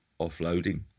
offloading